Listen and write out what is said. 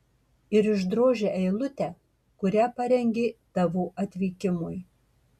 ir išdrožia eilutę kurią parengė tavo atvykimui